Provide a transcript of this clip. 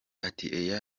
ati